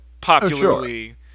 popularly